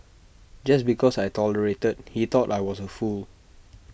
just because I tolerated he thought I was A fool